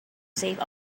save